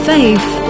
Faith